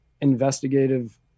investigative